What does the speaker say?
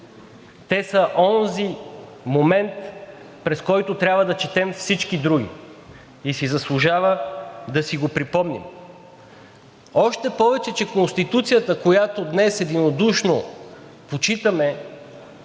те са онзи момент, през който трябва да четем всички други. И си заслужава да си го припомним. Още повече че Конституцията, която днес единодушно почитаме,